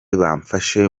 bamfasha